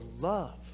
love